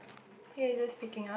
okay is this picking up